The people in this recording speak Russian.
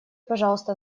пожалуйста